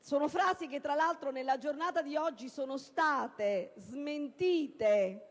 Sono frasi che, tra l'altro, nella giornata di oggi sono state smentite